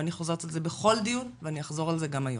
ואני חוזרת על זה בכל דיון ואני אחזור על זה גם היום.